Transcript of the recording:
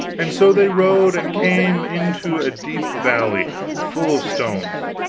and so they rode and came into a deep valley full of stones,